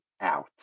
out